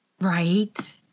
Right